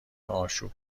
آشوب